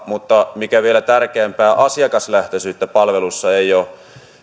mutta mikä vielä tärkeämpää asiakaslähtöisyyttä palvelussa ei ole